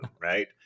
right